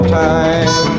time